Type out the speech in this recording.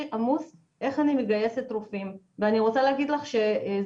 עמוס איך אני מגייסת רופאים ואני רוצה להגיד לך שזה